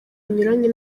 binyuranye